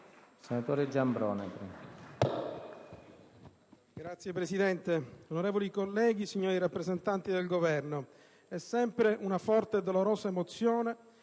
*(IdV)*. Signor Presidente, onorevoli colleghi, signori rappresentanti del Governo, è sempre una forte e dolorosa emozione